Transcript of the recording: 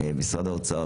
משרד האוצר,